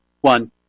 one